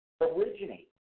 originate